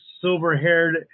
silver-haired